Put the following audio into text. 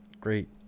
great